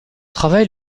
travail